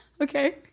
Okay